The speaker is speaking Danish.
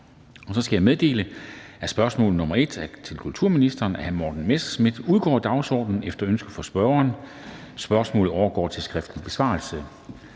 Jeg skal meddele, at det første spørgsmål (spm. nr. S 305) til kulturministeren af hr. Morten Messerschmidt (DF) udgår af dagsordenen efter ønske fra spørgeren. Spørgsmålet overgår til skriftlig besvarelse.